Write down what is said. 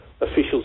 officials